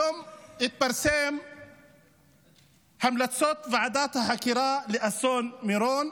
היום התפרסמו המלצות ועדת החקירה לאסון מירון,